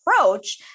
approach